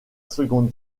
seconde